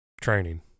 training